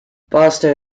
barstow